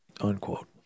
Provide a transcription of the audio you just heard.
unquote